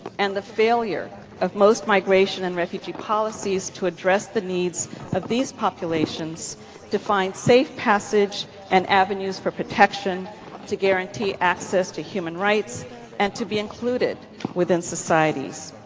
and the failure of most migration and refugee policies to address the needs of these populations to find safe passage and avenues for protection to guarantee access to human rights and to be included within society.